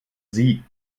sie